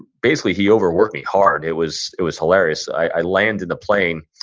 basically he overworked me hard. it was it was hilarious. i land in a plane,